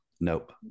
Nope